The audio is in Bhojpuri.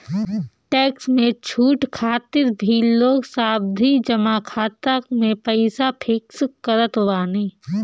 टेक्स में छूट खातिर भी लोग सावधि जमा खाता में पईसा फिक्स करत बाने